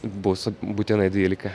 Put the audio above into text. bus būtinai dvylika